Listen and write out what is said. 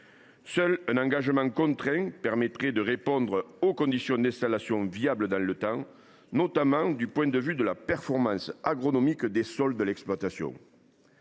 Seul un engagement contraint permettrait de répondre aux conditions d’installation viables dans le temps, notamment du point de vue de la performance agronomique des sols de l’exploitation.